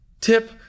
tip